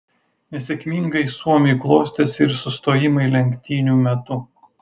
nesėkmingai suomiui klostėsi ir sustojimai lenktynių metu